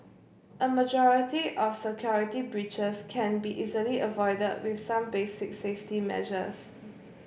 a majority of security breaches can be easily avoided with some basic safety measures